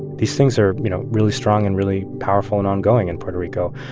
these things are, you know, really strong and really powerful and ongoing in puerto rico.